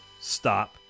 stop